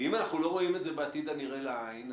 ואם אנחנו לא רואים את זה בעתיד הנראה לעין,